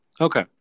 Okay